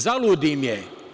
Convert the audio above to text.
Zalud im je.